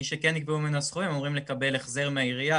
מי שכן ניגבו ממנו הסכומים מראש הם אמורים לקבל החזר מהעירייה,